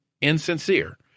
insincere